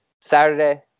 Saturday